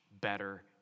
better